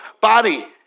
body